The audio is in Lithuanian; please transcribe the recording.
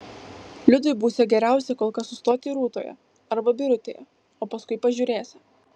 liudui būsią geriausia kol kas sustoti rūtoje arba birutėje o paskui pažiūrėsią